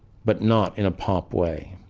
but not in a pop way,